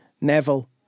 Neville